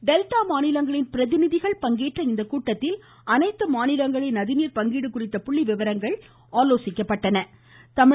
delta மாநிலங்களின் பிரதிநிதிகள் பங்கேற்ற இக்கூட்டத்தில் அனைத்து மாநிலங்களின் நதிநீர் பங்கீடு குறித்த புள்ளி விவரங்கள் குறித்து ஆலோசிக்கப்பட்டது